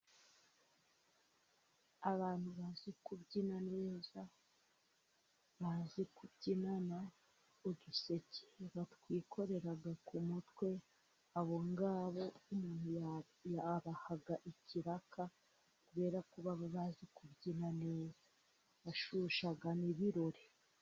Abantu bazi kubyina neza bazi kubyinana uduseke. Batwikorera ku mutwe, abongabo umuntu yabaha ikiraka kubera ko baba bazi kubyina neza, bashusha ibirori.